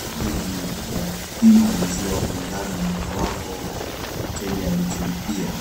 kwa ajili ya kupima maziwa kulingana na kiwango mteja alicholipia.